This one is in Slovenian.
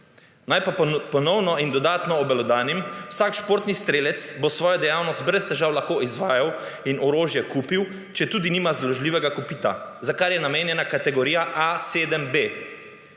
Naj pa ponovno in dodatno obelodanim. Vsak športni strelec bo svojo dejavnost brez težav lahko izvajal in orožje kupil, četudi nima zložljivega kopita, za kar je namenjena kategorija A7B,